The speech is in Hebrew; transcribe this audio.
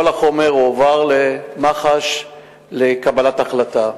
הועבר כל החומר למחלקה לחקירות שוטרים לקבלת החלטה.